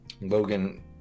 Logan